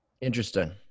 Interesting